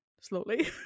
slowly